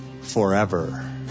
forever